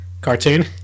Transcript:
cartoon